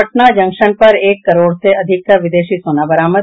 Patna junction पर एक करोड़ से अधिक का विदेशी सोना बरामद